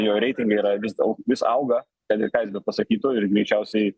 jo reitingai yra vis au vis auga kad ir ką jis bepasakytų ir greičiausiai